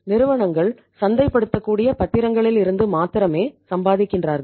நிறுவனங்கள் சந்தை படுத்தக்கூடிய பத்திரங்களில் இருந்து மாத்திரமே சம்பாதிக்கிறார்கள்